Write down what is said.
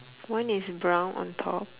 one is brown on top